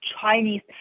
Chinese